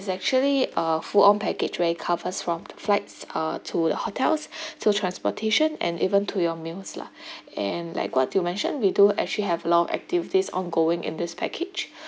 is actually uh full on package where it covers from the flights uh to the hotels to transportation and even to your meals lah and like what you mention we do actually have long activities ongoing in this package